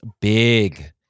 big